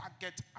target